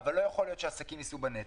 אבל לא יכול להיות שעסקים יישאו בנטל.